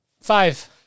Five